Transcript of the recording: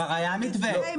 מתווה עם